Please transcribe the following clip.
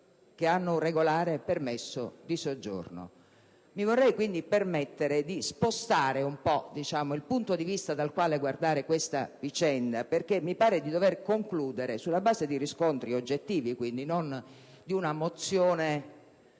Mi vorrei quindi permettere di spostare un po' il punto di vista dal quale guardare questa vicenda. Mi pare di dover concludere - sulla base di riscontri oggettivi, non di una mozione